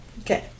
Okay